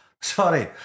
Sorry